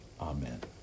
Amen